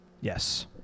Yes